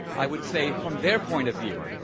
i would say from their point of view,